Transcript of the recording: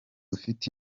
ufite